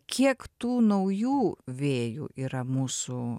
kiek tų naujų vėjų yra mūsų